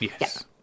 yes